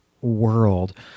world